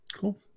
Cool